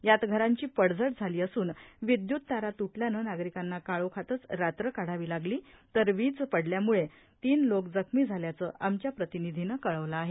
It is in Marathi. यात घरांची पडझड झाली असून विदयुत तारा तुटल्याने नागरिकांना काळोखातच रात्र काढावी लागली तर वीज पडल्या मुळे तीन लोक जखमी झाल्याचं आमच्या प्रतिनिधीने कळवलं आहे